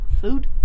Food